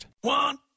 One